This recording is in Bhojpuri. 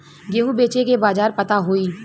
गेहूँ बेचे के बाजार पता होई?